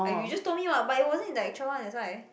I you just told me [what] but it wasn't in the actual one that's why